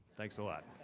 thanks a lot.